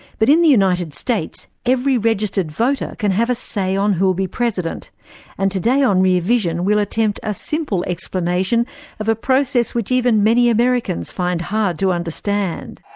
but in the united states every registered voter can have a say on who'll be president and today on rear vision we'll attempt a simple explanation of a process which even many americans find hard to understand.